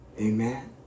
Amen